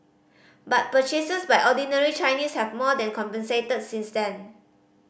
but purchases by ordinary Chinese have more than compensated since then